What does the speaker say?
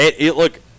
Look